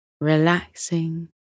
relaxing